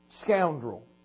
Scoundrel